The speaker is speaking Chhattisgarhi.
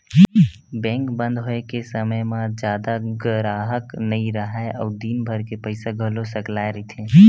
बेंक बंद होए के समे म जादा गराहक नइ राहय अउ दिनभर के पइसा घलो सकलाए रहिथे